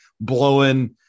blowing